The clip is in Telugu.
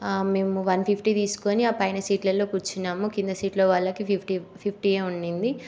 మేము వన్ ఫిఫ్టీ తీసుకుని పైన సీట్లలో కూర్చున్నాము కింద సీట్లలో వాళ్ళకి ఫిఫ్టీ ఫిఫ్టీ యే ఉన్నింది